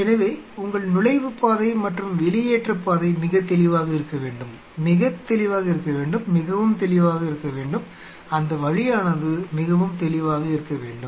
எனவே உங்கள் நுழைவுபாதை மற்றும் வெளியேற்றப் பாதை மிகத் தெளிவாக இருக்க வேண்டும் மிகத் தெளிவாக இருக்க வேண்டும் மிகவும் தெளிவாக இருக்க வேண்டும் அந்த வழியானது மிகவும் தெளிவாக இருக்க வேண்டும்